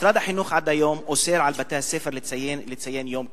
משרד החינוך עד היום אוסר על בתי-הספר לציין יום כזה,